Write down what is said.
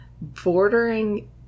bordering